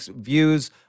views